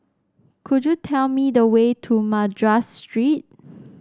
could you tell me the way to Madras Street